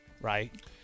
right